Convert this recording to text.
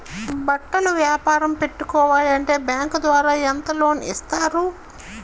బట్టలు వ్యాపారం పెట్టుకోవాలి అంటే బ్యాంకు ద్వారా ఎంత లోన్ ఇస్తారు?